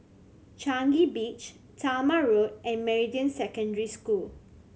Changi Beach Talma Road and Meridian Secondary School